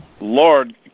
Lord